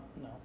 no